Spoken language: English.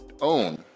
own